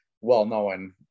well-known